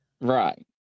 Right